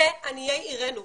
זה עניי עירנו.